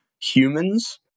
humans